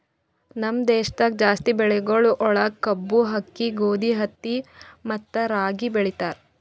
ನಮ್ ದೇಶದಾಗ್ ಜಾಸ್ತಿ ಬೆಳಿಗೊಳ್ ಒಳಗ್ ಕಬ್ಬು, ಆಕ್ಕಿ, ಗೋದಿ, ಹತ್ತಿ ಮತ್ತ ರಾಗಿ ಬೆಳಿತಾರ್